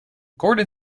gordon